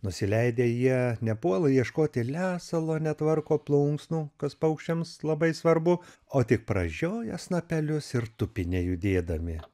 nusileidę jie nepuola ieškoti lesalo netvarko plunksnų kas paukščiams labai svarbu o tik pražioja snapelius ir tupi nejudėdami